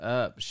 up